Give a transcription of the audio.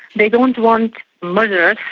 they don't want murderers,